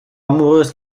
amoureuse